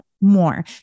More